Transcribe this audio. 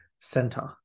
center